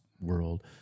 world